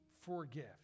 forgive